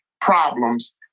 problems